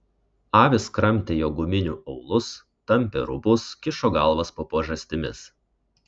avys kramtė jo guminių aulus tampė rūbus kišo galvas po pažastimis